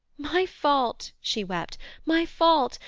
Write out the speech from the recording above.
my fault she wept my fault!